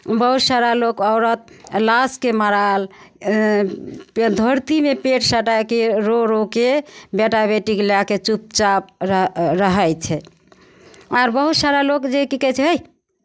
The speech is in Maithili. बहुतसारा लोक औरत लातके मारल धरतीमे पेट सटाय कऽ रो रो कऽ बेटा बेटीकेँ लए कऽ चुपचाप र रहै छै आर बहुतसारा लोक जे की कहै छै हैह